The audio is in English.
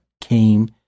came